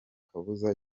kabuza